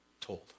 told